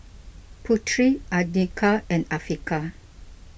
Putri andika and Afiqah